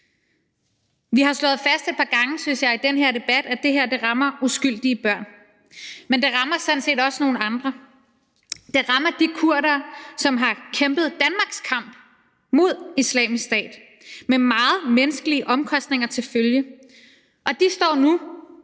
Vi har fastslået et par gange, synes jeg, i den her debat, at det her rammer uskyldige børn. Men det rammer sådan set også nogle andre. Det rammer de kurdere, som har kæmpet Danmarks kamp mod Islamisk Stat med mange menneskelige omkostninger til følge, og de står nu